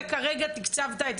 אתה כרגע תקצבת את